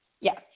Yes